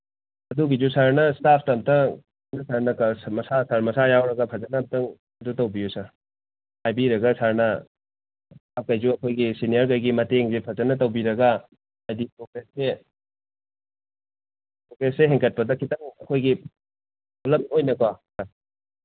ꯑꯗꯨꯒꯤꯁꯨ ꯁꯥꯔꯅ ꯏꯁꯇꯥꯞꯇ ꯑꯝꯇꯪ ꯑꯩꯈꯣꯏ ꯁꯥꯔꯅ ꯇꯧꯔ ꯃꯁꯥ ꯌꯥꯎꯔꯒ ꯐꯖꯅ ꯑꯝꯇꯪ ꯑꯗꯨ ꯇꯧꯕꯤꯌꯨ ꯁꯥꯔ ꯍꯥꯏꯕꯤꯔꯒ ꯁꯥꯔꯅ ꯏꯁꯇꯥꯞꯈꯩꯁꯨ ꯑꯩꯈꯣꯏꯒꯤ ꯁꯦꯅꯤꯌꯔꯈꯩꯒꯤ ꯃꯇꯦꯡꯁꯦ ꯐꯖꯅ ꯇꯧꯕꯤꯔꯒ ꯍꯥꯏꯗꯤ ꯄ꯭ꯔꯣꯒ꯭ꯔꯦꯁꯁꯦ ꯄ꯭ꯔꯣꯒ꯭ꯔꯦꯁꯁꯦ ꯍꯦꯟꯒꯠꯄꯗ ꯈꯤꯇꯪ ꯑꯩꯈꯣꯏꯒꯤ ꯄꯨꯂꯞ ꯑꯣꯏꯅꯀꯣ ꯁꯥꯔ